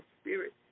spirit